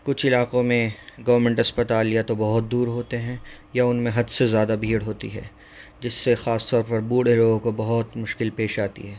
کچھ علاقوں میں گورنمنٹ اسپتال یا تو بہت دور ہوتے ہیں یا ان میں حد سے زیادہ بھیڑ ہوتی ہے جس سے خاص طور پر بوڑھے لوگوں کو بہت مشکل پیش آتی ہے